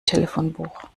telefonbuch